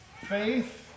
faith